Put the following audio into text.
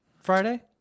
Friday